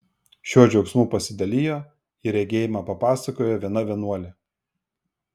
šiuo džiaugsmu pasidalijo ir regėjimą papasakojo viena vienuolė